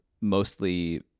mostly